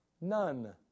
none